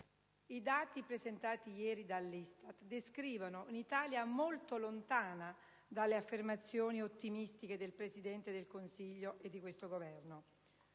I dati presentati ieri dall'ISTAT descrivono un'Italia molto lontana dalle affermazioni ottimistiche del Presidente del Consiglio e di questo Governo.